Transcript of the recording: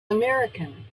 american